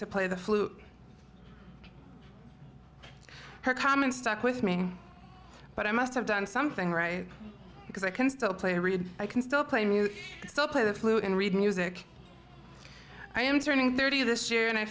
to play the flute her comment stuck with me but i must have done something right because i can still play read i can still play music so play the flute and read music i am turning thirty this year and i